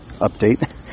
update